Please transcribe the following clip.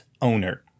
owner